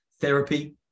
therapy